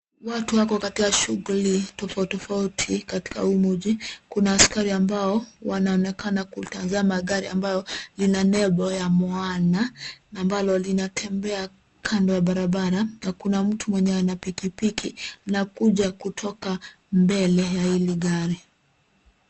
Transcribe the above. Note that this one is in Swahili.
Watu wako katika shughuli tofauti, tofauti katika huu mji. Kuna askari ambao wanaonekana kutazama gari ambayo lina nembo ya Moana, na ambalo linatembea kando ya barabara na kuna mtu mwenye ana pikipiki anakuja kutoka mbele ya hili gari.